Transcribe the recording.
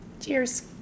Cheers